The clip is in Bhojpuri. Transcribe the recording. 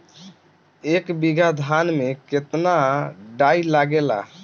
एक बीगहा धान में केतना डाई लागेला?